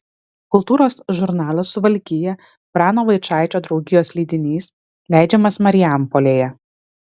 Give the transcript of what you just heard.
kultūros žurnalas suvalkija prano vaičaičio draugijos leidinys leidžiamas marijampolėje